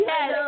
Yes